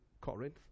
Corinth